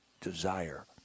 desire